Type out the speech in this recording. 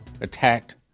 attacked